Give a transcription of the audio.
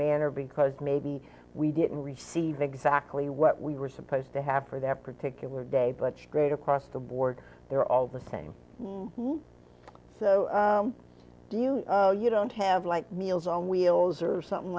manner because maybe we didn't receive exactly what we were supposed to have for that particular day but great across the board there all the same so do you you don't have like meals on wheels or something